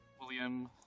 William